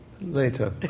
later